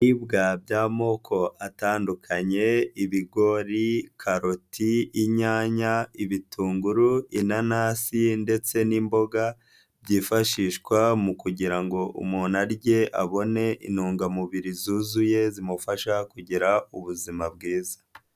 Ibiribwa by'amoko atandukanye: ibigori ,karoti, inyanya, ibitunguru, inanasi ndetse n'imboga byifashishwa mu kugira ngo umuntu arye abone intungamubiri zuzuye, zimufasha kugira ubuzima bwiza.